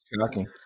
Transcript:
shocking